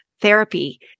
therapy